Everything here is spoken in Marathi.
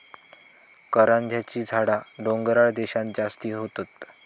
करांद्याची झाडा डोंगराळ देशांत जास्ती होतत